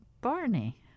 barney